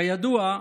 כידוע,